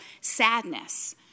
sadness